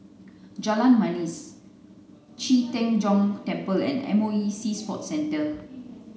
Jalan Manis Qi Tian Gong Temple and M O E Sea Sports Centre